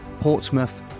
Portsmouth